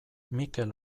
mikel